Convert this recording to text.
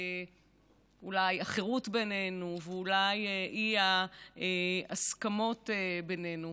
אולי, האחרות בינינו ואולי האי-הסכמות בינינו.